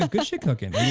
ah good shit cooking,